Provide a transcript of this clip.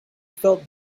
felt